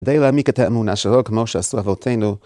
די להעמיק את האמונה שלו כמו שעשו אבותינו.